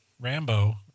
Rambo